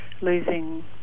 losing